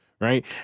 right